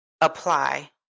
apply